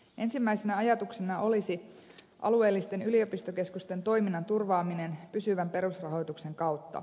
ensimmäisenä ajatuksena olisi alueellisten yliopistokeskusten toiminnan turvaaminen pysyvän perusrahoituksen kautta